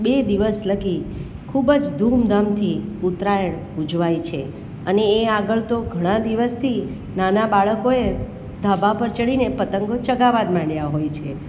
બે દિવસ લગી ખૂબ જ ધૂમધામથી ઉત્તરાયણ ઉજવાય છે અને એ આગળ તો ઘણા દિવસથી નાના બાળકોએ ધાબા પર ચડીને પતંગો ચગાવવા જ માંડ્યા હોય છે